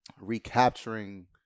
recapturing